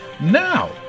Now